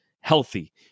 healthy